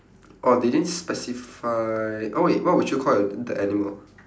oh they didn't specify oh wait what would you call your the animal